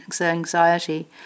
anxiety